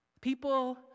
People